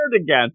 again